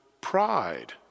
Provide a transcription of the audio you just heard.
pride